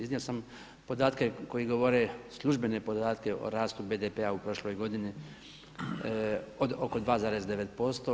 Iznio sam podatke koji govore službene podatke o rastu BDP-a u prošloj godini od oko 2,9%